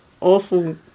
awful